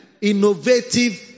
innovative